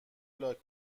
لاک